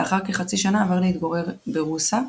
לאחר כחצי שנה עבר להתגורר ברוסה,